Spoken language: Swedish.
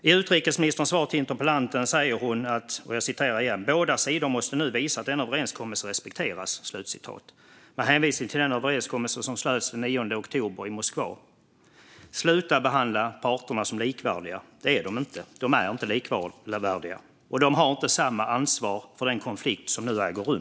I utrikesministerns svar till interpellanten säger hon att "båda sidor måste nu visa att denna överenskommelse respekteras" med hänvisning till den överenskommelse som slöts den 9 oktober i Moskva. Sluta behandla parterna som likvärdiga! Det är de inte. De är inte likvärdiga. De har inte samma ansvar för den konflikt som nu äger rum.